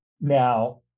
now